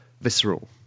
visceral